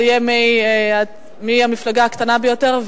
זה יהיה מהמפלגה הקטנה ביותר,